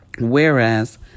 Whereas